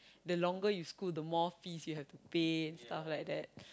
the longer you school the more fees you have to pay stuff like that